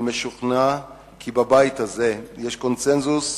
אני משוכנע כי בבית הזה יש קונסנזוס